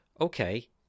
Okay